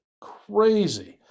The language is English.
crazy